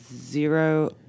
zero